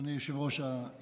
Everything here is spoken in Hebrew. אדוני יושב-ראש הישיבה,